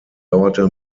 dauerte